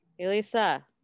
Elisa